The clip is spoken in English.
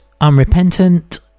unrepentant